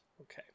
Okay